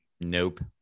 Nope